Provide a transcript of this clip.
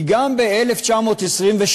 כי גם אז, ב-2023,